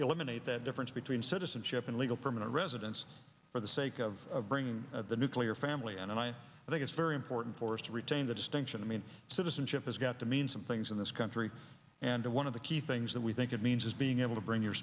eliminate that difference between citizenship and legal permanent residence for the sake of bringing the nuclear family and i think it's very important for us to retain the distinction i mean citizenship has got to mean some things in this country and one of the key things that we think it means is being able to bring your